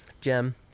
Gem